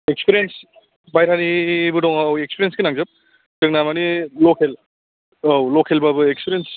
experience बाहेरानिबो दङ औ इक्सपिरेन्स गोनांजोब जोंना मानि लकेल औ लकेलबाबो इक्सपिरेन्स